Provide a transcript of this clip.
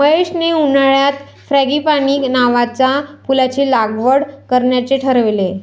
महेशने उन्हाळ्यात फ्रँगीपानी नावाच्या फुलाची लागवड करण्याचे ठरवले